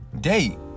Date